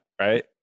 right